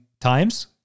Times